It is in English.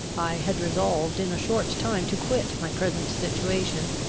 i had resolved in a short time to quit my present situation,